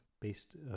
based